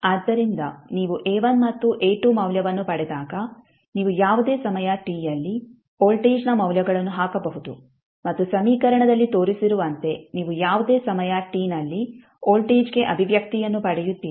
ಆದ್ದರಿಂದ ನೀವು A1 ಮತ್ತು A2 ಮೌಲ್ಯವನ್ನು ಪಡೆದಾಗ ನೀವು ಯಾವುದೇ ಸಮಯ t ಯಲ್ಲಿ ವೋಲ್ಟೇಜ್ನ ಮೌಲ್ಯಗಳನ್ನು ಹಾಕಬಹುದು ಮತ್ತು ಸಮೀಕರಣದಲ್ಲಿ ತೋರಿಸಿರುವಂತೆ ನೀವು ಯಾವುದೇ ಸಮಯ t ನಲ್ಲಿ ವೋಲ್ಟೇಜ್ಗೆ ಅಭಿವ್ಯಕ್ತಿಯನ್ನು ಪಡೆಯುತ್ತೀರಿ